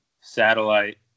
Satellite